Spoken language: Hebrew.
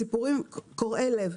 סיפורים קורעי לב.